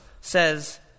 says